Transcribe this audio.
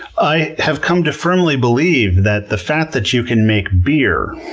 i have come to firmly believe that the fact that you can make beer